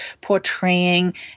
portraying